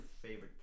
favorite